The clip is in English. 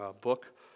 book